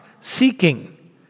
seeking